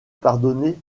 pardonnez